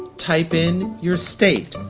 type in your state,